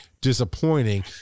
disappointing